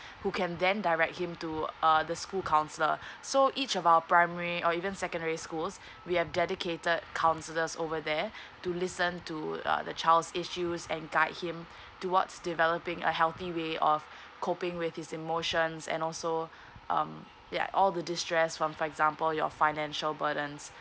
who can then direct him to uh the school council so each of our primary or even secondary schools we have dedicated counsellors over there to listen to uh the child's issues and guide him towards developing a healthy way of coping with his emotions and also um yeah all the destress from for example your financial burdens